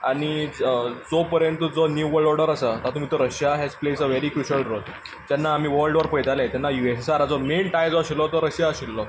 आनी जो मेरेन जो ऑर्डर आसा तातूंत भितर Russia has played a very crucial role जेन्ना आमी वर्ल्ड वॉर पयताले तेन्ना युएसएसआराचो मेन टाय जो आशिल्लो तो रशिया आशिल्लो